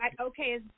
okay